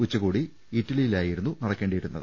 ഉച്ചകോടി ഇറ്റ ലിയായിരുന്നു നടക്കേണ്ടിയിരുന്നത്